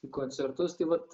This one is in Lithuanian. į koncertus tai vat